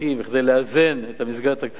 וכדי לאזן את המסגרת התקציבית,